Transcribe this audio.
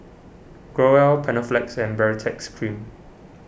Growell Panaflex and Baritex Cream